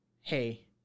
hey